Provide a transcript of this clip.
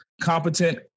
competent